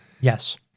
Yes